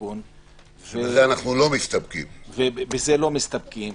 ובזה לא מסתפקים,